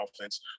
offense